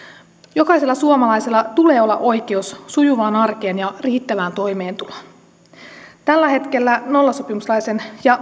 jokaisella suomalaisella tulee olla oikeus sujuvaan arkeen ja riittävään toimeentuloon tällä hetkellä nollasopimuslaisen ja